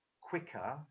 quicker